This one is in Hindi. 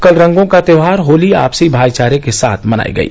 कल रंगों का त्यौहार होली आपसी भाईचारे के साथ मनाई गयी